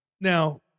Now